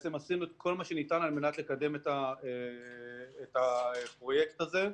עשינו את כל מה שניתן על מנת לקדם את הפרויקט הזה.